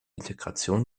integration